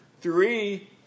three